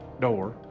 door